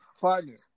partner